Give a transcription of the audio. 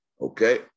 Okay